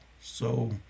So-